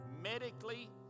medically